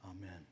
Amen